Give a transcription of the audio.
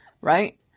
Right